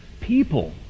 people